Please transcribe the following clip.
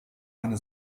eine